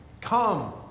Come